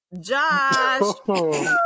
Josh